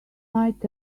might